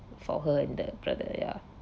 for her and the brother ya